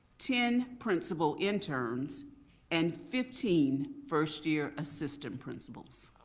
ten principal interns and fifteen first year assistant principals.